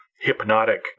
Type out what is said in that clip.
hypnotic